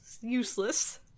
useless